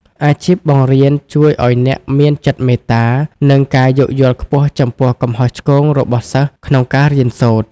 អាជីពបង្រៀនជួយឱ្យអ្នកមានចិត្តមេត្តា និងការយោគយល់ខ្ពស់ចំពោះកំហុសឆ្គងរបស់សិស្សក្នុងការរៀនសូត្រ។